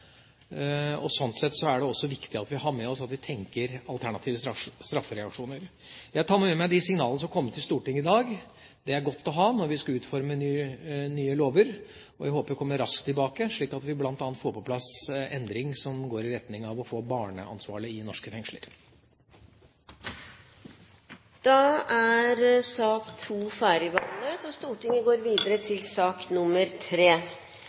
Sånn sett er det viktig å ha med oss at vi tenker alternative straffereaksjoner. Jeg tar med meg de signalene som har kommet i Stortinget i dag. De er gode å ha når vi skal utforme nye lover. Jeg håper å komme raskt tilbake, slik at vi bl.a. får på plass endring som går i retning av å få barneansvarlige i norske fengsler. Da er sak nr. 2 ferdigbehandlet.